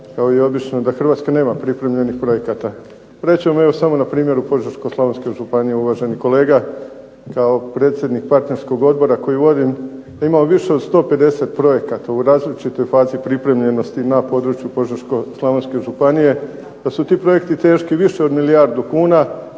kao i obično da Hrvatska nema pripremljenih projekata. Reći ću vam evo samo na primjeru Požeško-slavonske županije uvaženi kolega. Kao predsjednik partnerskog odbora koji vodim da imamo više od 150 projekata u različitoj fazi pripremljenosti na području Požeško-slavonske županije, da su ti projekti teški više od milijardu kuna